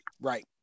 Right